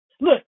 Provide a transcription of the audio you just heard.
Look